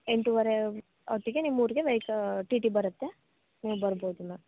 ಎಂಟುವರೆ ಒಟ್ಟಿಗೆ ನಿಮ್ಮೂರಿಗೆ ವೆಯ್ಕ ಟಿ ಟಿ ಬರುತ್ತೆ ನೀವು ಬರ್ಬೌದು ಮ್ಯಾಮ್